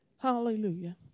Hallelujah